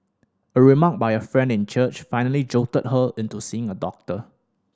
a remark by a friend in church finally jolted her into seeing a doctor